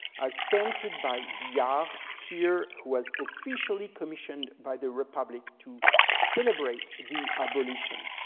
as painted by by ah here, who was officially commissioned by the republic to celebrate the abolition,